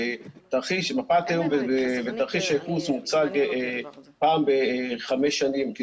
מפת איום ותרחיש ייחוס מוצג פעם בחמש שנים לקבינט,